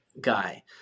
guy